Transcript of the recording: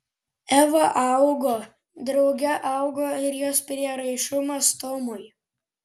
eva augo drauge augo ir jos prieraišumas tomui